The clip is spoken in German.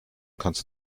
kannst